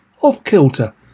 off-kilter